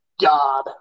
God